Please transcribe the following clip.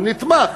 הוא נתמך,